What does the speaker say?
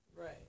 Right